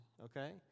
okay